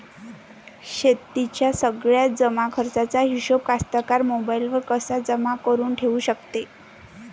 शेतीच्या सगळ्या जमाखर्चाचा हिशोब कास्तकार मोबाईलवर कसा जमा करुन ठेऊ शकते?